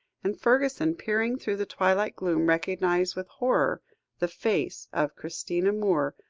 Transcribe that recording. and fergusson, peering through the twilight gloom, recognised with horror the face of christina moore,